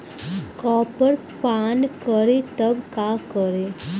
Copper पान करी तब का करी?